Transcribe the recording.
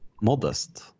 Modest